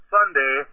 Sunday